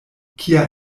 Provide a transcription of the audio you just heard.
kia